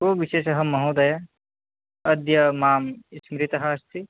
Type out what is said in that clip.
को विशेषः महोदय अद्य मां स्मृतः अस्ति